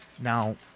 Now